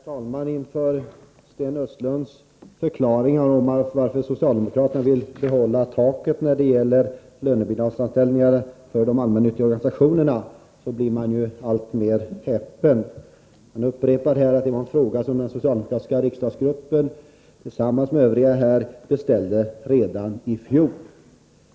Herr talman! Inför Sten Östlunds förklaringar till varför socialdemokraterna vill behålla taket för lånebidragsanställningar för de allmännyttiga organisationerna blir man alltmer häpen. Han upprepar att det var en fråga som den socialdemokratiska riksdagsgruppen tillsammans med övriga här beställde redan i fjol.